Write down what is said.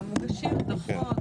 גם יש חשיבות לשקיפות.